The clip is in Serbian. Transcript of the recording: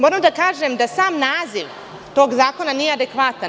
Moram da kažem da sam naziv tog zakona nije adekvatan.